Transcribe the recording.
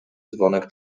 dzwonek